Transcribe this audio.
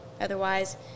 otherwise